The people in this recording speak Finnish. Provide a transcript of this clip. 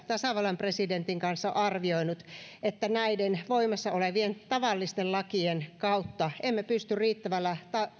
tasavallan presidentin kanssa on arvioinut että näiden voimassa olevien tavallisten lakien kautta emme pysty riittävällä